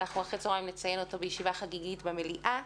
אחרי הצוהריים אנחנו נציין אותו בישיבה חגיגית במליאה.